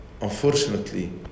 unfortunately